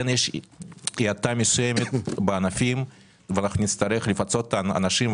כן יש האטה מסוימת בענפים ואנחנו נצטרך לפצות את האנשים.